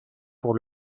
pour